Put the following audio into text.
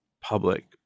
public